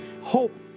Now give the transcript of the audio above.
hope